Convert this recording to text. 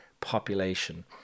population